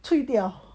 退掉